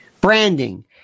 Branding